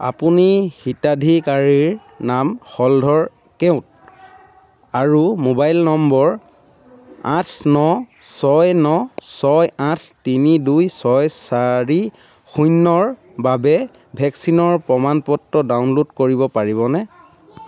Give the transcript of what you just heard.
আপুনি হিতাধিকাৰীৰ নাম হলধৰ কেওট আৰু ম'বাইল নম্বৰ আঠ ন ছয় ন ছয় আঠ তিনি দুই ছয় চাৰি শূণ্যৰ বাবে ভেকচিনৰ প্ৰমাণ পত্ৰ ডাউনলোড কৰিব পাৰিব নে